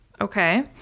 Okay